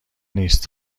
نیست